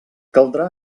caldrà